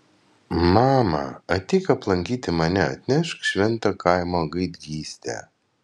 mama ateik aplankyti mane atnešk šventą kaimo gaidgystę